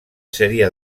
seria